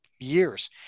years